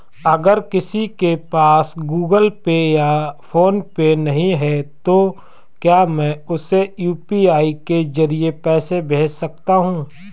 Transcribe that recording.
अगर किसी के पास गूगल पे या फोनपे नहीं है तो क्या मैं उसे यू.पी.आई के ज़रिए पैसे भेज सकता हूं?